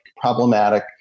problematic